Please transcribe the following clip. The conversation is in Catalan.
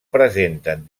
presenten